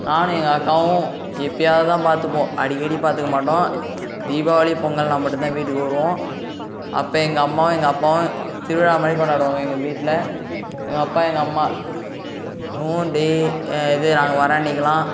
நானும் எங்கள் அக்காவும் எப்பவாவது தான் பார்த்துப்போம் அடிக்கடி பார்த்துக்க மாட்டோம் தீபாவளி பொங்கல்னால் மட்டுந்தான் வீட்டுக்கு வருவோம் அப்ப எங்கள் அம்மாவும் எங்கள் அப்பாவும் திருவிழா மாதிரி கொண்டாடுவாங்க எங்கள் வீட்டில் எங்கள் அப்பா எங்கள் அம்மா ஊன் டே இது நாங்கள் வர அன்னிக்கெலாம்